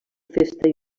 festa